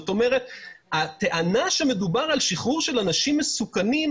זאת אומרת הטענה שמדובר על שחרור של אנשים מסוכנים,